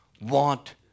want